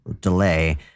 delay